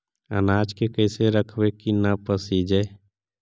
अनाज के कैसे रखबै कि न पसिजै?